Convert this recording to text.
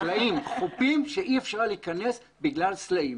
חופים שאי אפשר להיכנס בגלל סלעים.